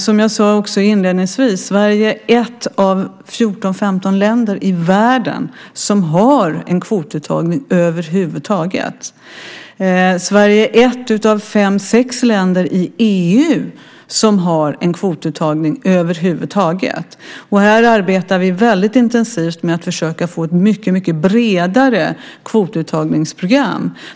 Som jag sade inledningsvis är Sverige ett av 14-15 länder i världen som har en kvotuttagning över huvud taget. Sverige är ett av fem sex länder i EU som har en kvotuttagning över huvud taget. Vi arbetar väldigt intensivt med att försöka få ett mycket bredare kvotuttagningsprogram.